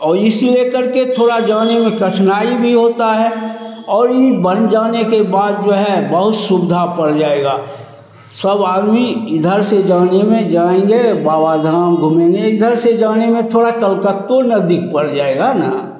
और इसी ले करके थोड़ा जाने में कठिनाई भी होता है और यह बन जाने के बाद जो है बहुत सुविधा पड़ जाएगा सब आदमी इधर से जाने में जाएँगे बाबा धाम घूमेंगे इधर से जाने में थोड़ा कलकत्ता नज़दीक पड़ जाएगा ना